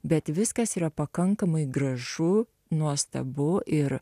bet viskas yra pakankamai gražu nuostabu ir